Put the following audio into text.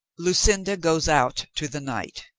lucinda goes out to the night